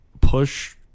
push